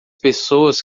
pessoas